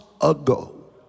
ago